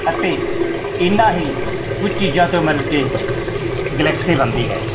ਅਤੇ ਇਹਨਾਂ ਹੀ ਕੁਝ ਚੀਜ਼ਾਂ ਤੋਂ ਮਿਲ ਕੇ ਗਲੈਕਸੀ ਬਣਦੀ ਹੈ